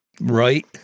Right